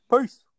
Peace